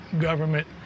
government